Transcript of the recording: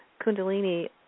kundalini